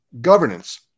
Governance